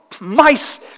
mice